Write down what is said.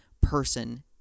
person